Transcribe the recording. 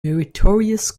meritorious